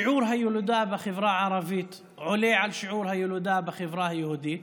שיעור הילודה בחברה הערבית עולה על שיעור הילודה בחברה היהודית,